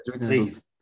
please